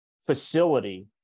facility